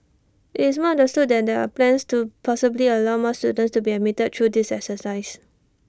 it's understood that there're plans to possibly allow more students to be admitted through this exercise